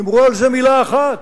אמרו על זה מלה אחת,